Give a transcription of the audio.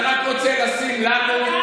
אתה רק רוצה לשים לנו,